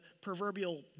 proverbial